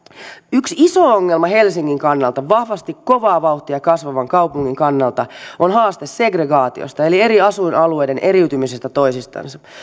yksi iso ongelma helsingin kannalta vahvasti kovaa vauhtia kasvavan kaupungin kannalta on haaste segregaatiosta eli eri asuinalueiden eriytymisestä toisistansa